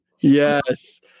Yes